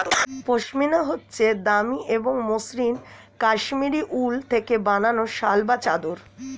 পশমিনা হচ্ছে দামি এবং মসৃন কাশ্মীরি উল থেকে বানানো শাল বা চাদর